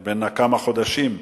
והוא בן כמה חודשים,